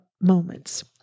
moments